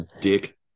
dick